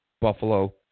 Buffalo